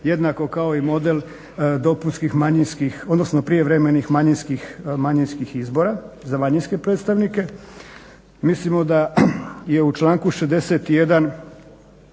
odnosno prijevremenih manjinskih izbora za manjinske predstavnike. Mislimo da je u članku 61.